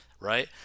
right